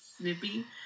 snippy